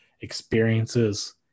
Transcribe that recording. experiences